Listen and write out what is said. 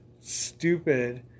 stupid